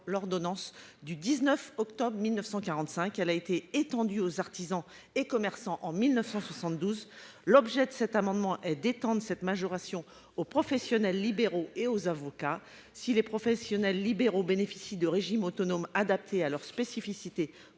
l'ordonnance du 19 octobre 1945. Elle a été étendue aux artisans et commerçants en 1972. L'objet de cet amendement est d'étendre cette majoration aux professionnels libéraux et aux avocats. Si les professionnels libéraux bénéficient de régimes autonomes adaptés à leurs spécificités